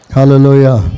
Hallelujah